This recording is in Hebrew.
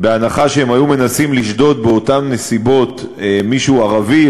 בהנחה שהם היו מנסים לשדוד באותן נסיבות מישהו ערבי,